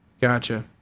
gotcha